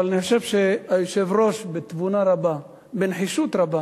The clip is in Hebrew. אבל אני חושב שהיושב-ראש, בתבונה רבה, בנחישות רבה